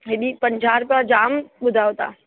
हेॾी पंजाहु रुपया जाम ॿुधायो था